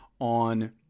on